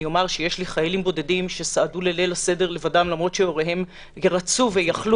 יש חיילים בודדים שסעדו בליל הסדר לבדם למרות שהוריהם רצו ויכלו